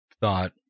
thought